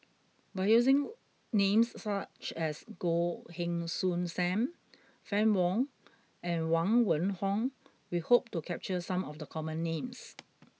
by using names such as Goh Heng Soon Sam Fann Wong and Huang Wenhong we hope to capture some of the common names